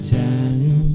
time